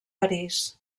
parís